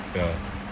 ya